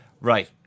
right